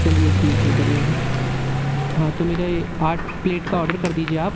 चलिए ठीक है बढ़िया है हाँ तो मेरे आठ प्लेट का ऑडर कर दीजिए आप